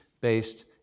based